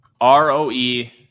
R-O-E